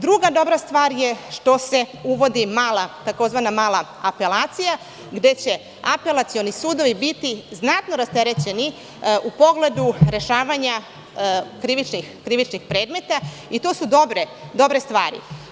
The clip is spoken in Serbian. Druga dobra stvar je što se uvodi tzv. mala apelacija, gde će apelacioni sudovi biti znatno rasterećeni u pogledu rešavanja krivičnih predmeta i to su dobre stvari.